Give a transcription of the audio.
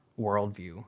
worldview